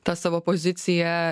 tą savo poziciją